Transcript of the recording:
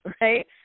right